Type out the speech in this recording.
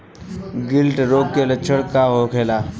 गिल्टी रोग के लक्षण का होखे?